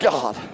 God